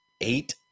eight